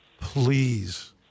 please